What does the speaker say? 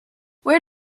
where